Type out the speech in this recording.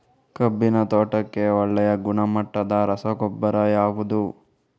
ಕಬ್ಬಿನ ತೋಟಕ್ಕೆ ಒಳ್ಳೆಯ ಗುಣಮಟ್ಟದ ರಸಗೊಬ್ಬರ ಯಾವುದು?